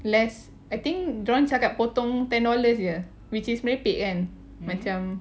less I think dorang cakap potong ten dollars jer which is merepek kan macam